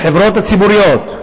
בחברות הציבוריות,